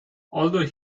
although